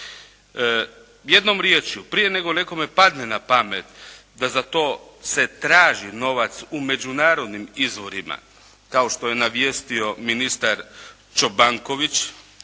Jednom riječju, prije nego nekome padne na pamet da za to se traži novac u međunarodnim izvorima kao što je navijestio ministar Čobanković,